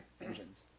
engines